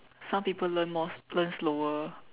some people learn more learn slower